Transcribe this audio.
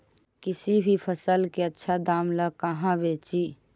किसी भी फसल के आछा दाम ला कहा बेची?